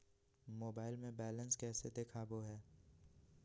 Mobile से balance कैसे देखाबो है?